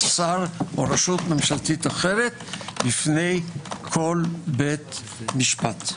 השר או רשות ממשלתית אחרת בפני כל בית משפט.